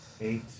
eight